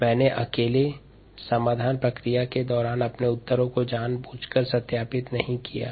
मैंने समाधान प्रक्रिया के दौरान अपने उत्तरों को जानबूझकरसत्यापित नहीं किया है